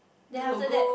then after that